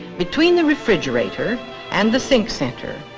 between the refrigerator and the sink center.